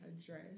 address